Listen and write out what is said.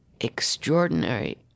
extraordinary